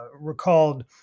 recalled